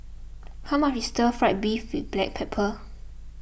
how much is Stir Fry Beef with Black Pepper